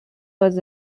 was